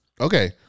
okay